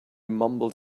mumbled